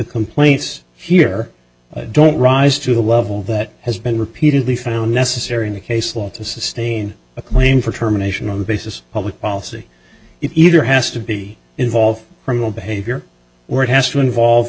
complaints here don't rise to the level that has been repeatedly found necessary in the case law to sustain a claim for terminations on the basis public policy either has to be involved criminal behavior work has to involve